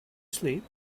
sleep